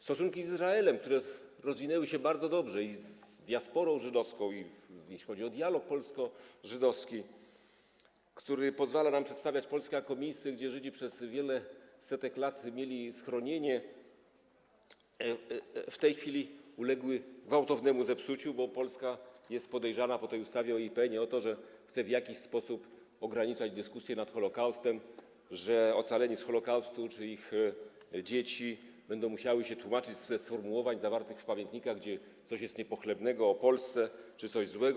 Stosunki z Izraelem, które rozwinęły się bardzo dobrze - i z diasporą żydowską i jeśli chodzi o dialog polsko-żydowski, który pozwala nam przedstawiać Polskę jako miejsce, gdzie Żydzi przez wiele setek lat mieli schronienie - w tej chwili uległy gwałtownemu zepsuciu, bo Polska jest podejrzana po tej ustawie o IPN-ie o to, że chce w jakiś sposób ograniczać dyskusję nad Holocaustem, że ocaleni z Holocaustu czy ich dzieci będą musieli się tłumaczyć ze sformułowań zawartych w pamiętnikach, gdzie coś jest niepochlebnego o Polsce czy coś złego.